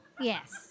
Yes